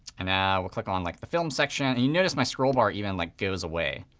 and and we'll click on like the film section. and you notice my scroll bar even like goes away.